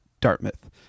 Dartmouth